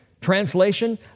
Translation